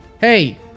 Hey